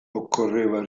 occorreva